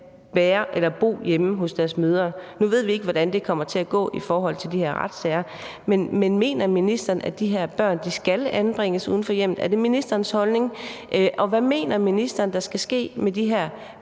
være eller bo hjemme hos deres mødre? Nu ved vi ikke, hvordan det kommer til at gå med de retssager, men mener ministeren, at de her børn skal anbringes uden for hjemmet? Er det ministerens holdning? Og hvad mener ministeren der skal ske med de her